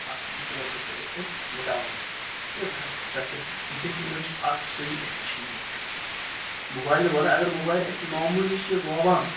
اَتھ زٕ ژور گٲنٛٹہٕ أتھۍ سۭتۍ وٕڈاوان یہِ گٔے واریاہ ڈِسٹرٛٮ۪کشَن بیٚیہِ اَمِچ اَکھ صحیح أڈِکشَن گٔمٕژ یہِ اَسہِ موبایلہٕ وَرٲے اَگر موبایِل اَسہِ معموٗلی چھِ رووان